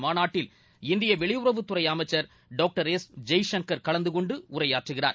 மாநாட்டில் இந்திய வெளியுறவுத்துறை அமைச்சர் டாக்டர் எஸ் ஜெய்சங்கர் கலந்துகொண்டு உரையாற்றுகிறார்